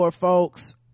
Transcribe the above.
folks